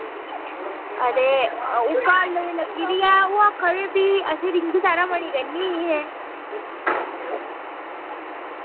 हां ते ओह् गल्ल ते लग्गी दी ऐ ओह् आक्खा दे फ्ही असें रिंग सैरामनी करनी ही अहें